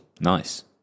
nice